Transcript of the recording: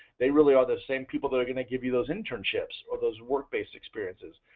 they really are the same people that are going to give you those internships or those work based experiences.